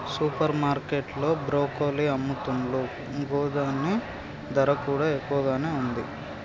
super market లో broccoli అమ్ముతున్లు గిదాని ధర కూడా ఎక్కువగానే ఉంది